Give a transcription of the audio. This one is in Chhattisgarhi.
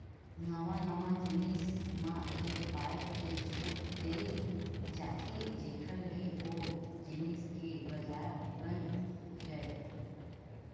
नवा नवा जिनिस म ए पाय के छूट देय जाथे जेखर ले ओ जिनिस के बजार बन जाय